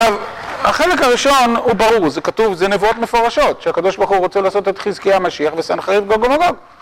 עכשיו, החלק הראשון הוא ברור, זה כתוב, זה נבואות מפורשות, שהקדוש ברוך הוא רוצה לעשות את חזקיה משיח וסנחריב גוג ומגוג.